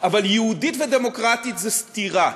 אבל יהודית ודמוקרטית זו סתירה.